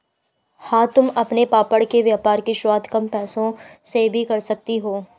हाँ तुम अपने पापड़ के व्यापार की शुरुआत कम पैसों से भी कर सकती हो